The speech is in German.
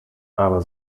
aber